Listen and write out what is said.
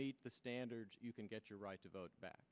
meet the standards you can get your right to vote